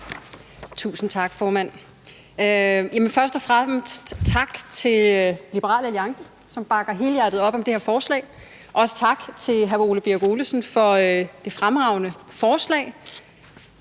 Tusind tak, formand. Først og fremmest tak til Liberal Alliance, som bakker helhjertet op om det her forslag. Også tak til hr. Ole Birk Olesen for det fremragende forslag,